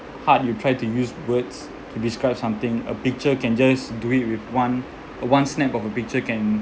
hard you try to use words to describe something a picture can just do it with one a one snap of a picture can